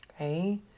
okay